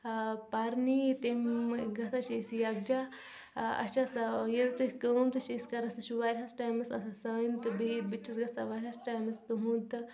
پَرنی تَمہِ گَژھان چھِ أسۍ یَکجاہ اَسہ چھِ آسان ییٚلہِ تہِ کٲم تہِ چھِ أسۍ کَران سُہ چھِ واریاہَس ٹایمَس آسان سانہِ تہٕ بیٚیہِ بہٕ تہِ چھَس گَژھان واریاہَس ٹایمَس تُہُنٛد تہٕ